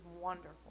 wonderful